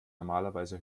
normalerweise